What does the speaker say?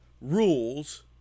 rules